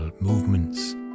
movements